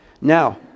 Now